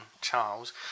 Charles